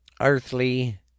earthly